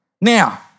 Now